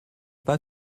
pas